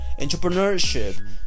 entrepreneurship